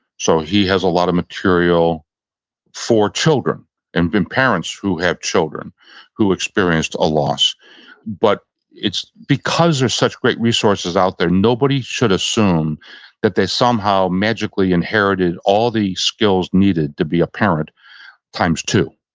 so he has a lot of material for children and parents who have children who experienced a loss but it's because there's such great resources out there, nobody should assume that they somehow magically inherited all the skills needed to be a parent times two.